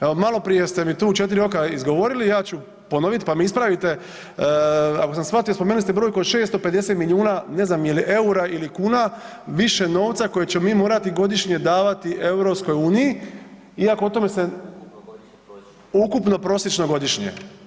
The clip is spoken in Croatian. Evo maloprije ste mi to u 4 oka izgovorili, evo ja ću ponoviti pa me ispravite, ako sam shvatio spomenuli ste brojku od 650 miliona ne znam je li EUR-a ili kuna više novca koje ćemo mi morati godišnje davati EU iako o tome se, ukupno prosječno godišnje.